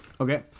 okay